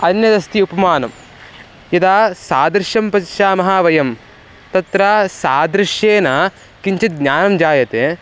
अन्यदस्ति उपमानं यदा सादृश्यं पश्यामः वयं तत्र सादृश्येन किञ्चित् ज्ञानं जायते